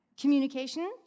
communication